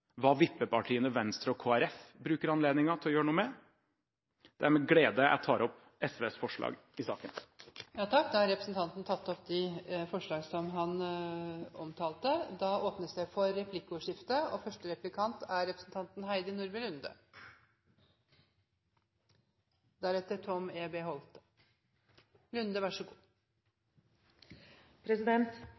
hva vippepartiene Venstre og Kristelig Folkeparti bruker anledningen til å gjøre noe med. Det er med glede jeg tar opp SVs forslag i saken. Representanten Snorre Serigstad Valen har tatt opp de forslagene han refererte til. Det blir replikkordskifte. I merknaden skriver representanten